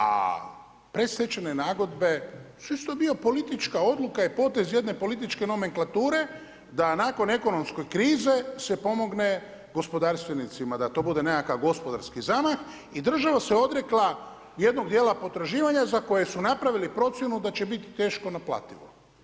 A predstečajne nagodbe, sve su to dio političke odluka je potez jedne političke nomenklature, da nakon ekonomske krize, se pomogne gospodarstvenicima, da to bude nekakav gospodarski zamah i država se odrekla, jednog dijela potraživanja za koju su napravili procjenu da će biti teško naplativo.